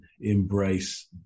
embrace